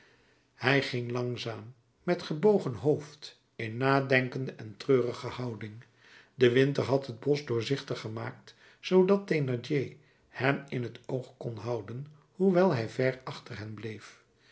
hij ging langzaam met gebogen hoofd in nadenkende en treurige houding de winter had het bosch doorzichtig gemaakt zoodat thénardier hen in t oog kon houden hoewel hij ver achter hen bleef